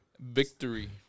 Victory